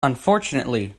unfortunately